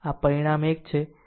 આમ પરિણામ આ એક છે